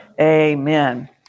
Amen